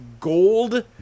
gold